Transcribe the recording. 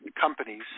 companies